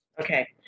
Okay